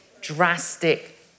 drastic